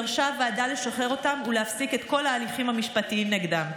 דרשה הוועדה לשחרר אותם ולהפסיק את כל ההליכים המשפטיים נגדם.